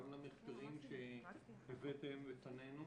גם למחקרים שהבאתם לפנינו